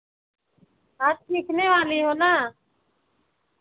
आप सीखने वाली हो ना